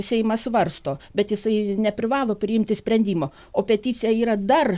seimas svarsto bet jisai neprivalo priimti sprendimo o peticija yra dar